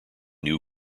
new